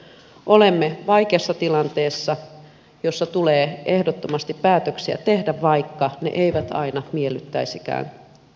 olemme vaikeassa tilanteessa jossa tulee ehdottomasti päätöksiä tehdä vaikka ne eivät aina miellyttäisikään kaikkia